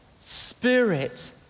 Spirit